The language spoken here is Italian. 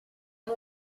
uno